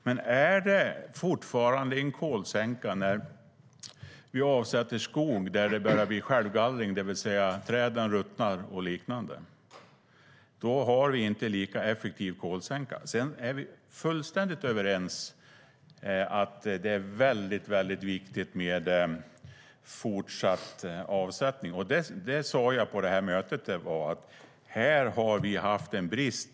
Men är det fortfarande en kolsänka när vi avsätter skog där det börjar bli självgallring, det vill säga att träden ruttnar och liknande? Då har vi inte lika effektiv kolsänka. Vi är fullständigt överens om att det är väldigt viktigt med fortsatt avsättning. Det sa jag på det möte som var. Här har vi haft en brist.